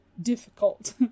difficult